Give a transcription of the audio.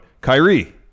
Kyrie